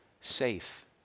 safe